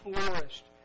flourished